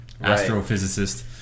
astrophysicist